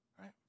right